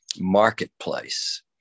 marketplace